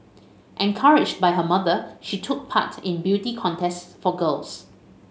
encouraged by her mother she took part in beauty contests for girls